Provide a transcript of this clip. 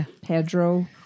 Pedro